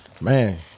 Man